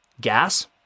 gas